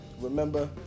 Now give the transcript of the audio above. Remember